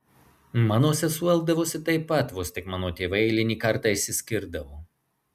mano sesuo elgdavosi taip pat vos tik mano tėvai eilinį kartą išsiskirdavo